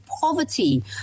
poverty